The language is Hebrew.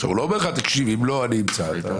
הוא לא אומר לך: אם לא, כך וכך.